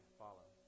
follow